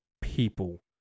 people